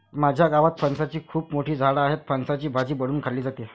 माझ्या गावात फणसाची खूप मोठी झाडं आहेत, फणसाची भाजी बनवून खाल्ली जाते